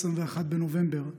21 בנובמבר,